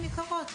הן יקרות,